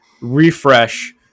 refresh